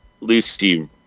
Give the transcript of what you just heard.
Lucy